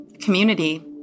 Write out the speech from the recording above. community